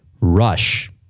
Rush